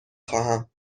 خواهم